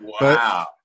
Wow